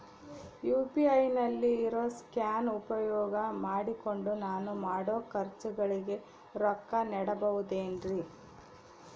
UPI ನಲ್ಲಿ ಇರೋ scan ಉಪಯೋಗ ಮಾಡಿಕೊಂಡು ನಾನು ಮಾಡೋ ಖರ್ಚುಗಳಿಗೆ ರೊಕ್ಕ ನೇಡಬಹುದೇನ್ರಿ?